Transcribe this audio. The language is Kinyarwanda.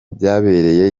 byabereye